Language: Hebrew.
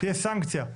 תהיה סנקציה.